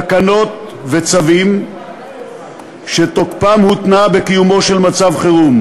פורסמו תקנות וצווים שתוקפם הותנה בקיומו של מצב חירום.